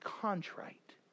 contrite